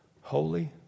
Holy